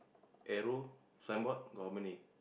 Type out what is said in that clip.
arrow signboard got how many